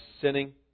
sinning